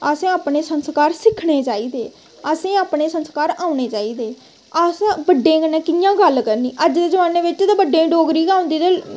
असें अपने संस्कार सिक्खने चाहिदे असें गी अपने संस्कार औने चाहिदे असें बड्डें कन्नै कि'यां गल्ल करनी अज्ज दे जमाने बिच्च ते बड्डें गी डोगरी गै औंदी ते